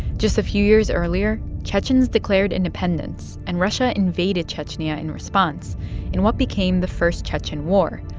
just a few years earlier, chechens declared independence, and russia invaded chechnya in response in what became the first chechen war.